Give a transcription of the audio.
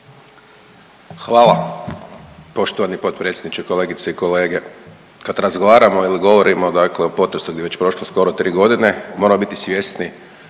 Hvala poštovani potpredsjedniče. Kolegice i kolege, kad razgovaramo ili govorimo dakle o potresu sad je već prošlo skoro 3 godine moramo biti svjesni